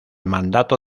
mandato